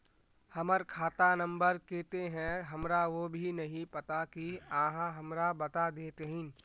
हमर खाता नम्बर केते है हमरा वो भी नहीं पता की आहाँ हमरा बता देतहिन?